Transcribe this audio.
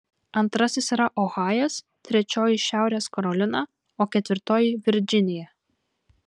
antrasis yra ohajas trečioji šiaurės karolina o ketvirtoji virdžinija